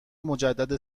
مجدد